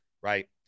right